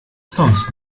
sonst